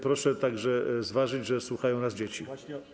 Proszę także zważyć, że słuchają nas dzieci.